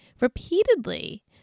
Repeatedly